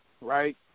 Right